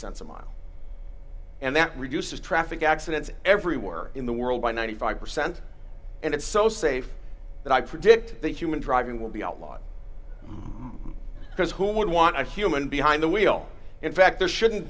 cents a mile and that reduces traffic accidents everywhere in the world by ninety five percent and it's so safe that i predict that human driving will be outlawed because who would want a human behind the wheel in fact there shouldn't